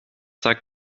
sagt